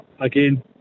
again